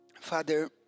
Father